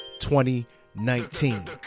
2019